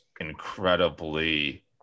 incredibly